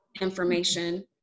information